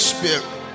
Spirit